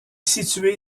située